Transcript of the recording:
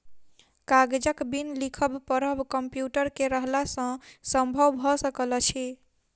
कागजक बिन लिखब पढ़ब कम्प्यूटर के रहला सॅ संभव भ सकल अछि